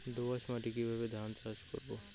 দোয়াস মাটি কিভাবে ধান চাষ করব?